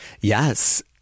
yes